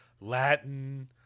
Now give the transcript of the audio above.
latin